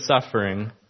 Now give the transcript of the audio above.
suffering